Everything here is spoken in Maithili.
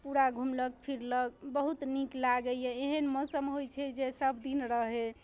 पूरा घुमलक फिरलक बहुत नीक लागैए एहन मौसम होइ छै जे सबदिन रहै